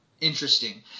interesting